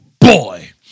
boy